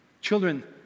Children